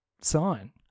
sign